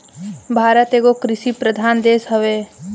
भारत एगो कृषि प्रधान देश हवे